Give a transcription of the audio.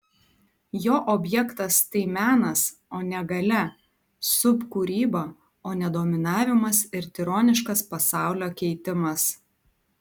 jo objektas tai menas o ne galia subkūryba o ne dominavimas ir tironiškas pasaulio keitimas